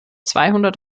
zweihundert